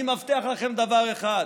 אני מבטיח לכם דבר אחד: